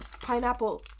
Pineapple